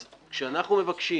אז כשאנחנו מבקשים